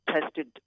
tested